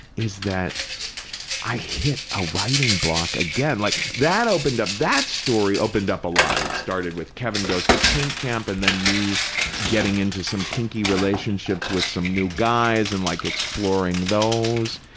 is that i hit a writing block again. like, that opened up, that story opened up a lot. it started with kevin goes to kink camp, and then me getting into some kinky relationships with some new guys and like exploring those,